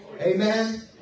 Amen